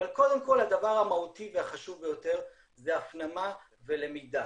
אבל קודם כל הדבר המהותי והחשוב ביותר זה הפנמה ולמידה.